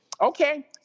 Okay